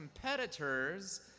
competitors